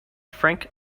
frank